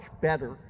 better